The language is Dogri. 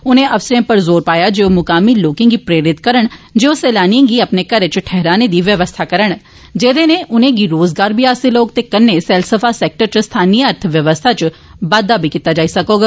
उने अफसरें पर जोर पाया जो ओ स्थानिय लोकें गी प्रेरित करन जे ओ सैलानिए गी अपने घरें च ठहराने दी व्यवस्था करन जेदे नै उनें गी रोज़गार बी हासल होग ते कन्नै सैलसफा सैक्टर च स्थानीय अर्थव्यवस्था च बाद्दा बी कीता जाई सकौग